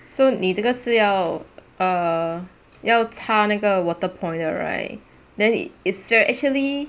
so 你这个是要 err 要插那个 water point 的 right then it is actually